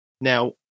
Now